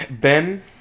Ben